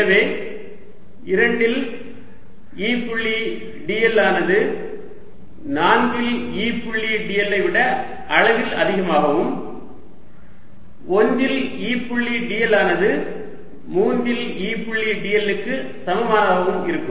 எனவே 2 இல் E புள்ளி dl ஆனது 4 இல் E புள்ளி dl ஐ விட அளவில் அதிகமாகவும் 1 இல் E புள்ளி dl ஆனது 3 இல் E புள்ளி dl க்கு சமமாகவும் இருக்கும்